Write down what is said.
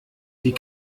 die